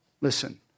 Listen